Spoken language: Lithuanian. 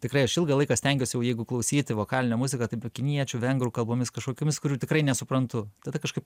tikrai aš ilgą laiką stengiuosi jeigu klausyti vokalinę muziką tai kiniečių vengrų kalbomis kažkokiomis kurių tikrai nesuprantu tada kažkaip